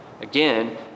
Again